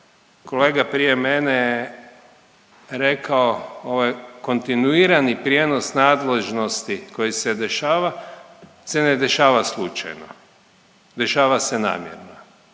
kolega prije mene je rekao, ovaj kontinuirani prijenos nadležnosti koji se dešava se ne dešava slučajno, dešava se namjerno.